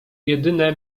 jedyne